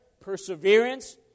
perseverance